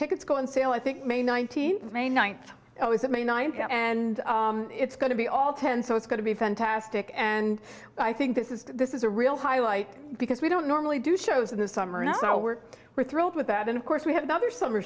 tickets go on sale i think may nineteenth may ninth it was it may ninth and it's going to be all ten so it's going to be fantastic and i think this is this is a real highlight because we don't normally do shows in the summer and so we're we're thrilled with that and of course we have another summer